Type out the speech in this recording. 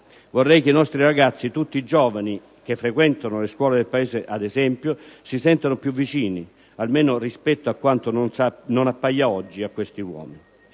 Vorrei che i nostri ragazzi, tutti i giovani che frequentano le scuole del Paese ad esempio, si sentano più vicini, almeno rispetto a quanto non appaia oggi, a questi uomini.